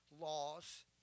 laws